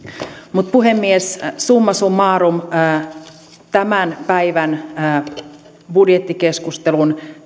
mutta puhemies summa summarum tämän päivän budjettikeskustelun